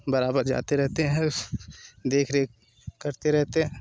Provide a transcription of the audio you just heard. बराबर जाते रहते हैं उस देखरेख करते रहते हैं